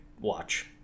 watch